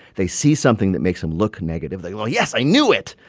they see something that makes him look negative. they go, yes, i knew it.